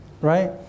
Right